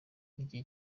igihe